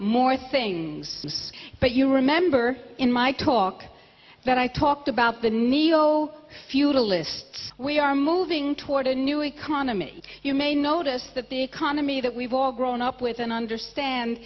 more things but you remember in my talk that i talked about the neo feudalist we are moving toward a new economy you may notice that the economy that we've all grown up with and understand